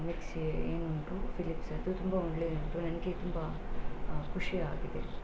mixie ಏನುಂಟು Philips ಅದು ತುಂಬ ಒಳ್ಳೆಯದುಂಟು ನನಗೆ ತುಂಬ ಖುಷಿ ಆಗಿದೆ